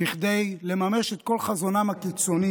כדי לממש את כל חזונם הקיצוני